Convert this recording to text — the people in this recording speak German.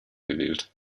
gewählt